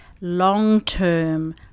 long-term